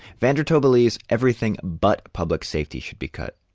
van der touw believes everything but public safety should be cut.